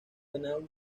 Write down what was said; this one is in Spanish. penal